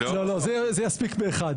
לא, זה יספיק באחת.